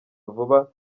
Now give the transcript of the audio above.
vuba